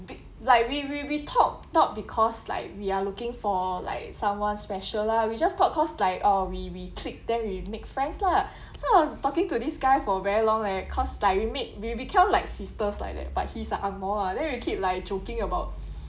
like we we we talk not because like we are looking for like someone special lah we just talk cause like uh we we click then we make friends lah so I was talking to this guy for very long leh cause like we make we become like sisters like that but he's a ang moh lah then you keep like joking about